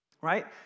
right